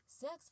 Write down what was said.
sex